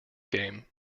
game